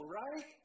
right